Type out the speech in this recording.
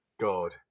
God